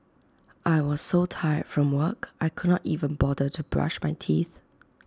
I was so tired from work I could not even bother to brush my teeth